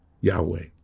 Yahweh